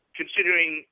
considering